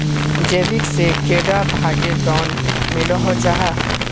जीविका से कैडा भागेर लोन मिलोहो जाहा?